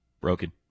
broken